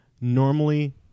normally